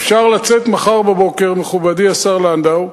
אפשר לצאת מחר בבוקר, מכובדי השר לנדאו,